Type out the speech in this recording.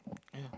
yeah